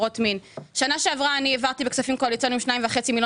מיליון כך שבעצם אנחנו עומדים על 51 מיליון.